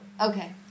Okay